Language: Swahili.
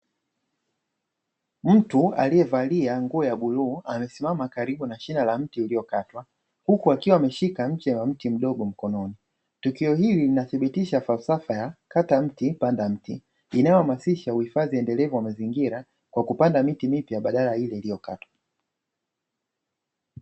Mtu aliyevalia nguo ya bluu amesimama karibu na shina la mti uliokatwa, huku akiwa ameshika mche wa mti mdogo mkononi. Tukio hili linathibitisha falsafa ya kata mti panda mti, inayohamashisha uhifadhi endelevu wa mazingira kwa kupanda miti mipya badala ya ile iliyokatwa.